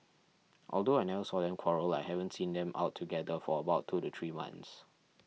although I never saw them quarrel I haven't seen them out together for about two to three months